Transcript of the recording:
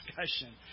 discussion